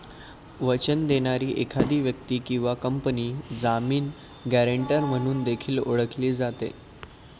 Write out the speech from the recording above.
वचन देणारी एखादी व्यक्ती किंवा कंपनी जामीन, गॅरेंटर म्हणून देखील ओळखली जाते